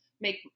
make